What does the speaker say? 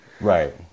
Right